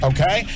Okay